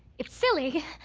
it's silly.